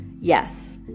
Yes